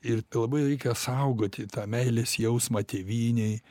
ir labai reikia saugoti tą meilės jausmą tėvynei